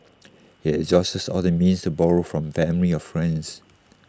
he had exhausted all the means to borrow from family or friends